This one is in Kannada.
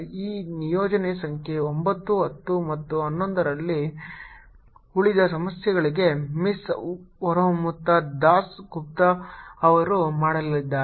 ಈ ನಿಯೋಜನೆ ಸಂಖ್ಯೆ 9 10 ಮತ್ತು 11 ರಲ್ಲಿನ ಉಳಿದ ಸಮಸ್ಯೆಗಳನ್ನು ಮಿಸ್ ಹೊರಮಿತಾ ದಾಸ್ ಗುಪ್ತಾ ಅವರು ಮಾಡಲಿದ್ದಾರೆ